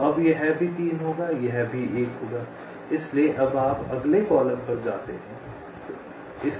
तो अब यह भी 3 होगा यह भी 1 होगा इसलिए अब आप अगले कॉलम पर जाते हैं